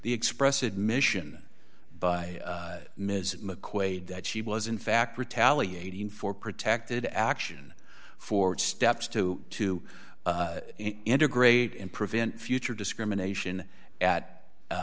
the express admission by ms mcquade that she was in fact retaliating for protected action for steps to to integrate and prevent future discrimination at